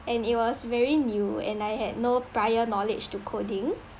and it was very new and I had no prior knowledge to coding